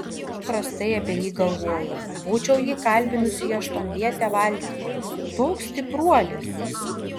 aš prastai apie jį galvojau būčiau jį kalbinusi į aštuonvietę valtį toks stipruolis